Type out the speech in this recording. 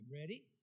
Ready